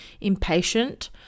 impatient